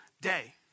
day